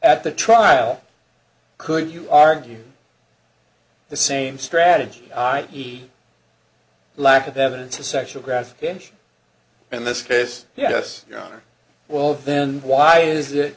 at the trial could you argue the same strategy i eat lack of evidence of sexual gratification in this case yes your honor well then why is it